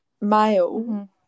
male